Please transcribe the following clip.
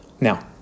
Now